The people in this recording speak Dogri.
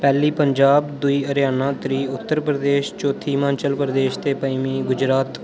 पैह्ली पंजाब दुई हरियाणा त्री उत्तर प्रदेश चौथी हिमाचल प्रदेश ते पंजमी गुजरात